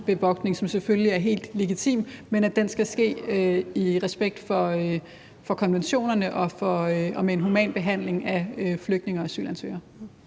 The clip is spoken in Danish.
som selvfølgelig er helt legitim, men den skal ske i respekt for konventionerne og med en human behandling af flygtninge og asylansøgere.